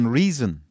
reason